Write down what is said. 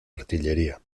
artillería